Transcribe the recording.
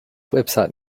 website